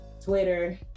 Twitter